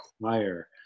require